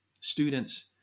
students